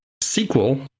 sequel